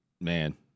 Man